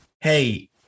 hey